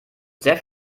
sehr